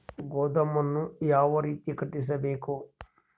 ಗೋದಾಮನ್ನು ಯಾವ ರೇತಿ ಕಟ್ಟಿಸಬೇಕು?